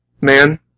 man